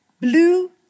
blue